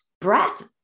breath